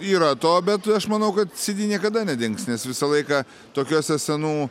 yra to bet aš manau kad cd niekada nedings nes visą laiką tokiose senų